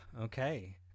Okay